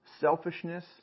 selfishness